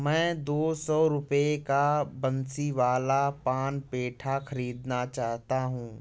मैं दो सौ रुपए का बंसीवाला पान पेठा ख़रीदना चाहता हूँ